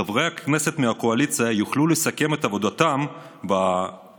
חברי הכנסת מהקואליציה יוכלו לסכם את עבודתם בוועדות